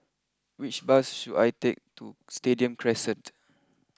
which bus should I take to Stadium Crescent